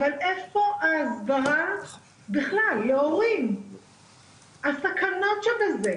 אבל איפה ההסברה להורים על הסכנות של זה?